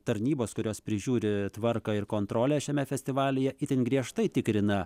tarnybos kurios prižiūri tvarką ir kontrolę šiame festivalyje itin griežtai tikrina